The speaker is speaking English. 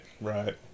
right